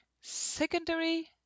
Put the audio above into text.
secondary